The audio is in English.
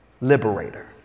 liberator